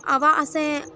अवा असें